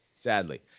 sadly